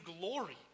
glory